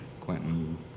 Quentin